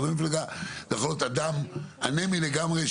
חבר מפלגה זה יכול להיות אדם אנמי לגמרי,